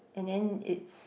and then it's